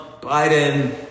Biden